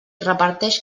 reparteix